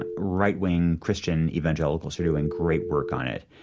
ah right-wing christian evangelicals are doing great work on it,